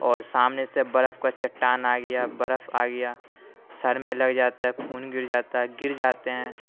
اور سامنے سے برف کا چٹان آ گیا برف آ گیا سر میں لگ جاتا ہے خون گر جاتا ہے گر جاتے ہیں